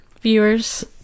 Viewers